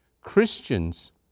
Christians